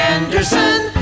Anderson